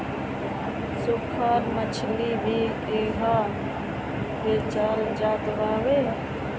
सुखल मछरी भी इहा बेचल जात हवे